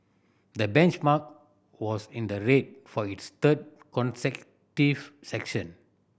the benchmark was in the red for its third consecutive section